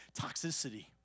toxicity